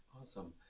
awesome